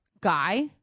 guy